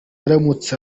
aramutse